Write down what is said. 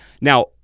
Now